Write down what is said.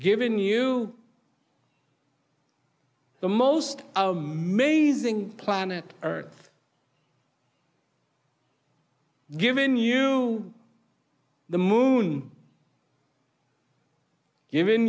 given you the most amazing planet earth given you the moon given